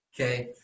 Okay